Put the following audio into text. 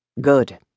Good